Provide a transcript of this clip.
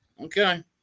Okay